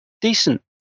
decent